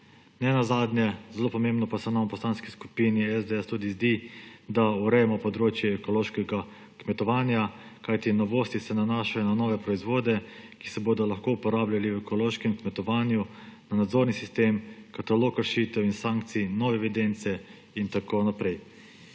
Ne nazadnje pa se nam v Poslanski skupini SDS zdi zelo pomembno tudi, da urejamo področje ekološkega kmetovanja, kajti novosti se nanašajo na nove proizvode, ki se bodo lahko uporabljali v ekološkem kmetovanju, na nadzorni sistem, katalog rešitev in sankcij, nove evidence in tako naprej.